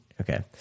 Okay